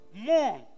mourn